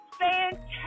fantastic